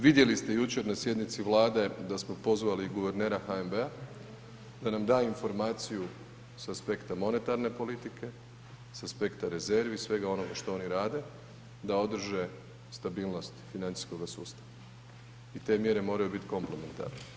Vidjeli ste jučer na sjednici Vlade da smo pozvali guvernera HNB-a da nam da informaciju sa aspekta monetarne politike, sa aspekta rezervi i svega onoga što oni rade da održe stabilnost financijskoga sustava i te mjere moraju biti komplementarne.